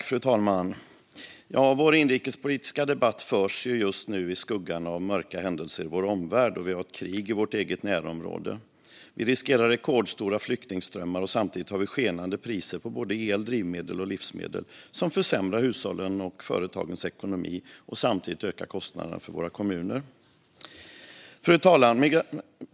Fru talman! Vår inrikespolitiska debatt förs just nu i skuggan av mörka händelser i vår omvärld. Vi har ett krig i vårt närområde. Vi riskerar rekordstora flyktingströmmar. Samtidigt har vi skenande priser på el, drivmedel och livsmedel, vilket försämrar hushållens och företagens ekonomi. Samtidigt ökar kostnaderna för våra kommuner. Fru talman!